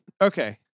Okay